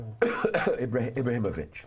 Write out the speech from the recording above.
Ibrahimovic